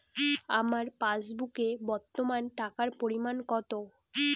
আমার পাসবুকে বর্তমান টাকার পরিমাণ কত?